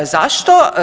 Zašto?